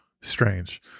strange